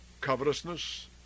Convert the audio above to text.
—covetousness